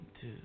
two